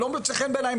לא מוצא חן בעיניי,